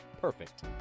Perfect